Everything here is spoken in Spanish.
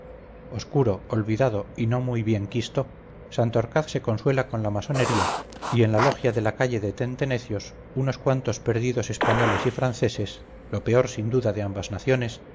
oscuro olvidado y no muy bien quisto santorcaz se consuela con la masonería y en la logia de la calle de tentenecios unos cuantos perdidos españoles y franceses lo peor sin duda de ambas naciones